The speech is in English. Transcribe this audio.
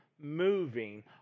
moving